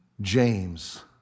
James